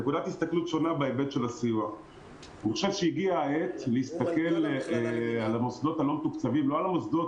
אני חושב שהגיעה העת להסתכל על המוסדות הלא מתוקצבים לא על המוסדות,